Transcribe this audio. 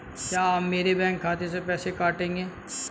क्या आप मेरे बैंक खाते से पैसे काटेंगे?